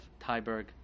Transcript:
Tyberg